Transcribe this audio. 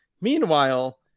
Meanwhile